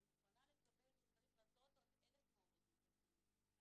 אני מוכנה לקבל שצריך לעשות עוד 1,000 מעונות ממשלתיים,